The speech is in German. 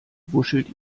wuschelt